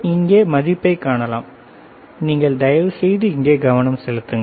இங்கே மதிப்பைக் காணலாம் நீங்கள் தயவுசெய்து இங்கே கவனம் செலுத்துங்கள்